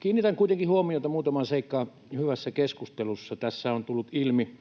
Kiinnitän kuitenkin huomiota muutamaan seikkaan hyvässä keskustelussa. Tässä on tullut ilmi